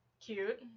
Cute